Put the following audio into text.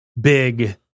big